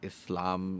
Islam